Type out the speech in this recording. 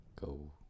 go